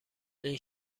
این